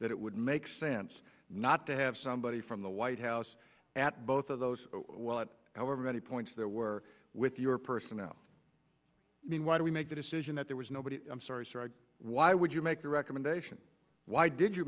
that it would make sense not to have somebody from the white house at both of those however many points there were with your personnel i mean why do we make the decision that there was nobody i'm sorry sir why would you make the recommendation why did you